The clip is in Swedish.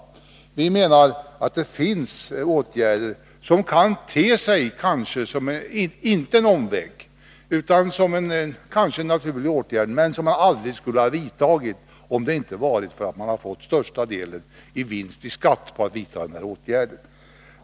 Vi menar att det finns åtgärder som kan te sig inte som en omväg, utan som en kanske naturlig åtgärd, men som aldrig skulle ha vidtagits om det inte varit för att man hade fått den största vinsten på att vidta den åtgärden.